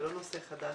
זה לא נושא חדש.